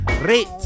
Rate